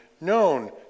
known